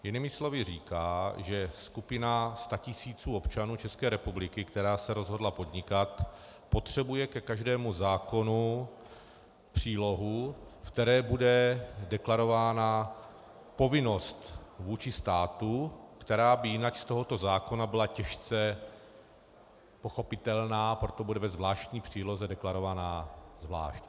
Jinými slovy říká, že skupina statisíců občanů České republiky, která se rozhodla podnikat, potřebuje ke každému zákonu přílohu, v které bude deklarována povinnost vůči státu, která by jinak z tohoto zákona byla těžce pochopitelná, proto bude ve zvláštní příloze deklarovaná zvlášť.